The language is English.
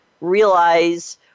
realize